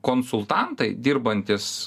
konsultantai dirbantys